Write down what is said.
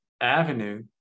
avenue